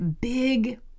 big